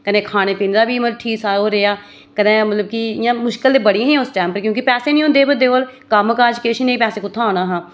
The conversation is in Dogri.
कन्नै खाने पीने दा बी मतलब ठीक सा रेहा ओह् रेहा कदें मतलब कि इयां मुश्कल ते बड़ियां हियां उस टैम पर क्योंकि पैसे निं होंदे हे बंदे कोल कम्म काज किश निं पैसा कुत्थआं आना हा